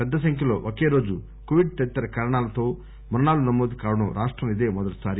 పెద్ద సంఖ్యలో ఒకేరోజు కోవిడ్ తదితర కారణాలతో మరణాలు నమోదు కావటం రాష్టంలో ఇదే మొదటి సారి